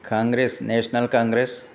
congress national congress